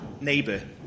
neighbor